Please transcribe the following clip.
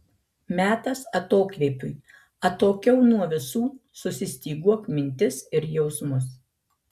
metas atokvėpiui atokiau nuo visų susistyguok mintis ir jausmus